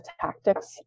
tactics